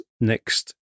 next